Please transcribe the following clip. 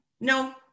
no